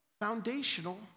foundational